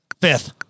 Fifth